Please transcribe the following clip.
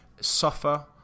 suffer